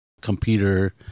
computer